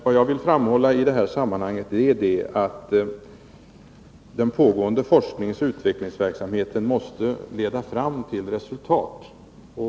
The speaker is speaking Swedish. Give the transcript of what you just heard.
Vad jag i detta sammanhang vill framhålla är att den pågående forskningsoch utvecklingsverksamheten måste leda fram till resultat.